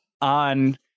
on